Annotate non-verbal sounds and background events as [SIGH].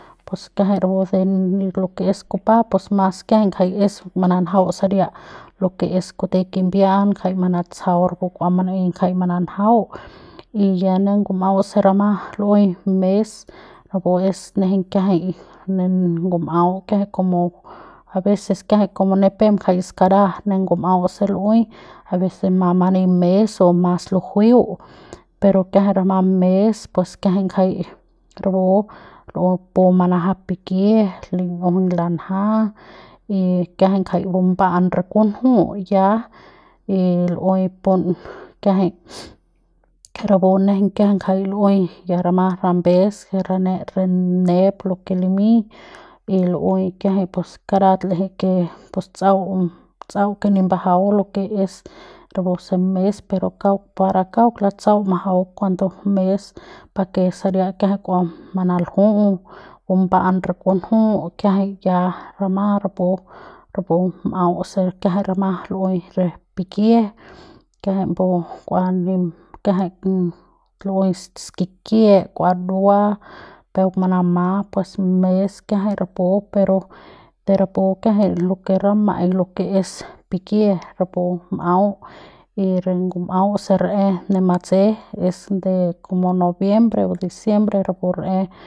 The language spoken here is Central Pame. Pus kiajay rapu de lo que es kupa pus mas kiajay ngajay es mananjau saria lo que es kute kimbia'an ngajay manatsajau rapu kua mana'ey ngajay mananjau y ya ne ngum'au se rama lu'uey mes napu es nejeiñ kiajay ngum'au kiajay como aveces kiajay nipem kjay skaraja ne ngum'au se lu'uey [NOISE] abecés mas many mes o mas luju'eu pero kiajay rama mes pus kiajay ngajay rapu lu'uey bupu manaja pikie lin'iujuñ lanja y kiajay mbumba'an re kunju ya y lu'uey pun kiajay [NOISE] rapu nejeiñ kiajay ngajay lu'uey ya rama rambes rane'et re ne'ep lo que limy y lu'uey kiajay karat l'eje ke pus tsa'au tsa'au ke nimbajau con lo que es rapu se mes pero kauk para kauk latsa'au majau cuando mes pake saria kiajay kua manalju'u bumba'an re kunju kiajay ya rama rapu rapu m'au se kiajay rama lu'uey re pikie kiajay mbu kua kiajay lu'uey skikie kua ndua peuk manama mes kiajay rapu pero rapu kiajay lo que rama'ay es pikie rapu m'au y re ngum'au se ra'e re matse es como noviembre o diciembre rapu ra'e.